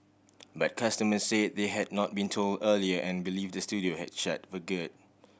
but customers said they had not been told earlier and believe the studio has shut for good